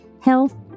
health